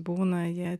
būna jie